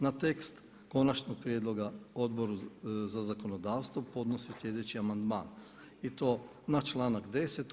Na tekst konačnog prijedloga Odboru za zakonodavstvo podnosi sljedeći amandman i to na članak 10.